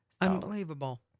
Unbelievable